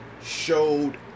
showed